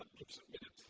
um blip submitted.